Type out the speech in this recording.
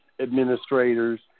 administrators